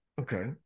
Okay